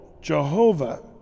Jehovah